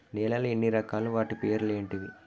నేలలు ఎన్ని రకాలు? వాటి పేర్లు ఏంటివి?